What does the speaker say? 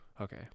Okay